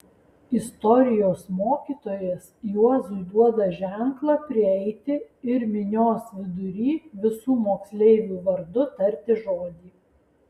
istorijos mokytojas juozui duoda ženklą prieiti ir minios vidury visų moksleivių vardu tarti žodį